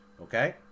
Okay